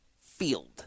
Field